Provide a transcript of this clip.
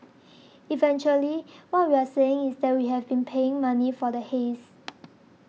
eventually what we are saying is that we have been paying money for the haze